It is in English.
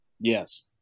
Yes